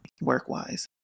work-wise